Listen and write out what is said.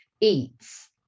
eats